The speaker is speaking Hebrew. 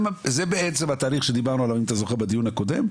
זה בעצם התהליך שדיברנו עליו אם אתה זוכר בדיון הקודם,